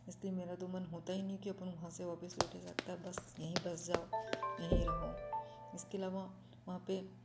हस्ती मेरा तो मन होता ही नहीं कि अपन वहाँ से वापस लौटे जाता बस यहीं बस जाओ यहीं रहो इसके अलावा वहाँ पर